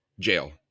Jail